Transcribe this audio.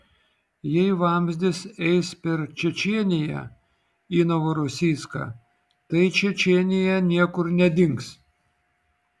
jei vamzdis eis per čečėniją į novorosijską tai čečėnija niekur nedings